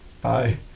bye